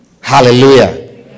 Hallelujah